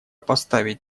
поставить